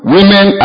Women